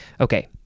Okay